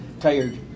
Tired